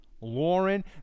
Lauren